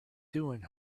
doing